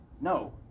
No